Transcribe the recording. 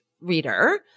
reader